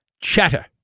chatter